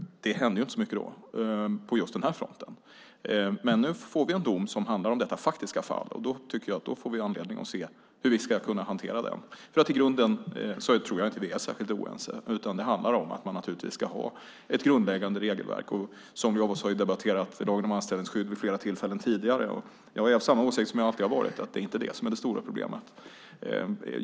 Det hände inte så mycket då på just den här fronten. Nu får vi en dom som handlar om detta faktiska fall. Då tycker jag att vi får anledning att se hur vi ska hantera den. Jag tror inte att vi i grunden är särskilt oense. Det handlar om att man ska ha ett grundläggande regelverk. Somliga av oss har ju debatterat lagen om anställningsskydd vid flera tillfällen tidigare. Jag är av samma åsikt som jag alltid har varit, att det inte är den som är det stora problemet.